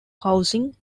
housing